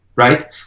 right